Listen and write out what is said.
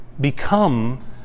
become